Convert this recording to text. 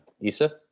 Issa